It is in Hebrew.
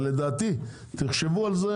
לדעתי תחשבו על זה